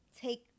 take